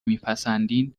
میپسندین